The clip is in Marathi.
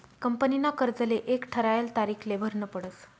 कंपनीना कर्जले एक ठरायल तारीखले भरनं पडस